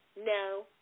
no